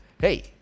Hey